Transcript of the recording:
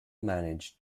managed